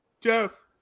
Jeff